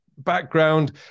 background